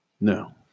No